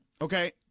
Okay